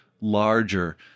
larger